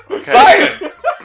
Science